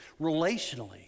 relationally